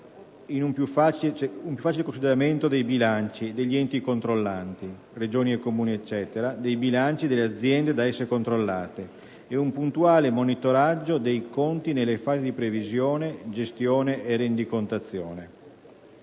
un più facile consolidamento nei bilanci degli enti controllanti (Regioni, Comuni e così via) dei bilanci delle aziende da esse controllate e un puntuale monitoraggio dei conti nelle fasi di previsione, gestione e rendicontazione.